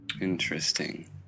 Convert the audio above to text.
Interesting